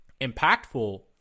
impactful